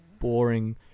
boring